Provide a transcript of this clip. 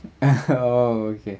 okay